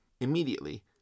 Immediately